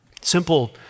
Simple